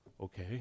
okay